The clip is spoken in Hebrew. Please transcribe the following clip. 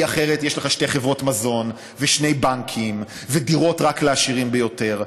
כי אחרת יש לך שתי חברות מזון ושני בנקים ודירות רק לעשירים ביותר.